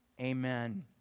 Amen